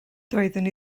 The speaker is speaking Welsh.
doeddwn